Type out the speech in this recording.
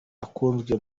akunzwe